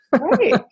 Right